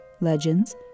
legends